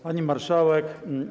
Pani Marszałek!